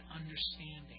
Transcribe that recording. understanding